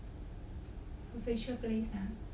official place lah